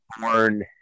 born